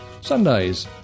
Sundays